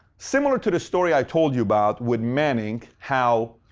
similar to the story i told you about, with manning, how,